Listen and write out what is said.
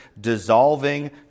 dissolving